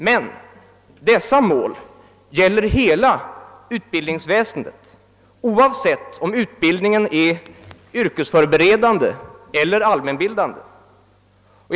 Men dessa mål gäller hela utbildningsväsendet, oavsett om utbildningen är yrkesförberedande eller allmänbildande.